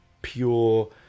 Pure